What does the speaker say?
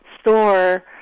store